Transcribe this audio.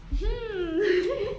mmhmm